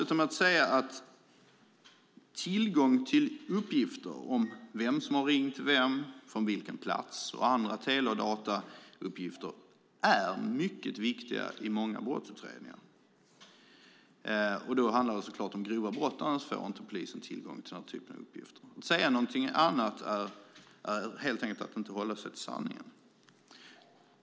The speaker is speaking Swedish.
Tillgång till uppgifter om vem som har ringt vem från vilken plats och andra tele och datauppgifter är mycket viktigt i många brottsutredningar. Det handlar såklart om grova brott, för annars får polisen inte tillgång till den här typen av uppgifter. Att säga något annat är att inte hålla sig till sanningen.